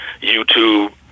YouTube